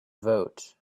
vote